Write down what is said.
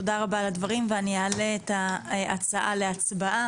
תודה רבה על הדברים ואני אעלה את ההצעה להצבעה.